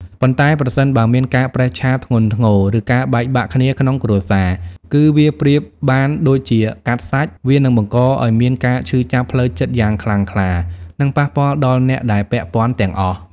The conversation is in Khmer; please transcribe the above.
ប៉ុន្តែ ប្រសិនបើមានការប្រេះឆាធ្ងន់ធ្ងរ ឬការបែកបាក់គ្នាក្នុងគ្រួសារ គឺវាប្រៀបបានដូចជា កាត់សាច់ វានឹងបង្កឲ្យមានការឈឺចាប់ផ្លូវចិត្តយ៉ាងខ្លាំងក្លា និងប៉ះពាល់ដល់អ្នកដែលពាក់ព័ន្ធទាំងអស់។